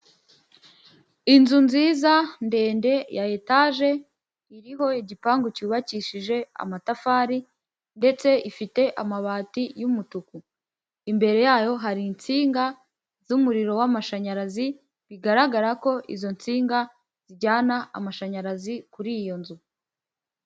Inzu nziza, ndende ya etaje, iriho igipangu cyubakishije amatafari ndetse ifite amabati y'umutuku. Imbere yayo hari insinga z'umuriro w'amashanyarazi, bigaragara ko izo nsinga zijyana amashanyarazi kuri iyo nzu.